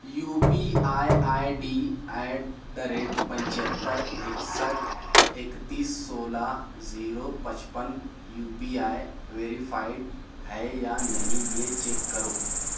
you P I I D at the rate پچھتر اکسٹھ اکتیس سولہ زیرو پچپن یو پی آئے ویریفائڈ ہے یا نہیں یہ چیک کرو